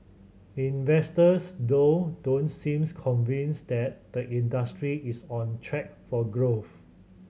investors though don't seems convinced that the industry is on track for growth